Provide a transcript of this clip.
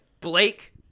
Blake